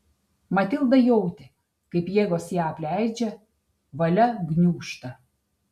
matilda jautė kaip jėgos ją apleidžia valia gniūžta